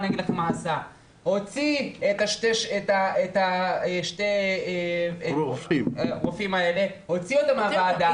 הוציא את שני הרופאים האלה מהוועדה,